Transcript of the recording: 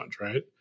right